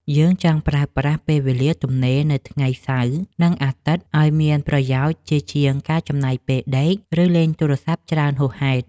យើងចង់ប្រើប្រាស់ពេលវេលាទំនេរនៅថ្ងៃសៅរ៍ និងអាទិត្យឱ្យមានប្រយោជន៍ជាជាងការចំណាយពេលដេក ឬលេងទូរស័ព្ទច្រើនហួសហេតុ។